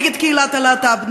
נגד קהילת הלהט"ב,